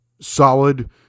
solid